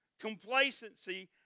Complacency